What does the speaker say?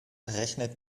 rechnet